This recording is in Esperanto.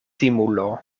timulo